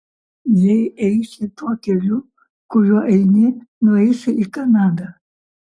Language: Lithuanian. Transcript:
jei eisi tuo keliu kuriuo eini nueisi į kanadą